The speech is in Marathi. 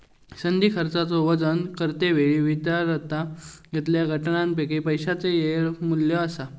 संधी खर्चाचो वजन करते वेळी विचारात घेतलेल्या घटकांपैकी पैशाचो येळ मू्ल्य असा